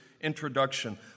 introduction